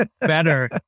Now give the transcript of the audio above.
better